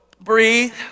breathe